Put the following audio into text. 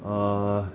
err